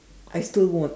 I still won't